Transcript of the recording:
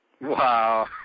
Wow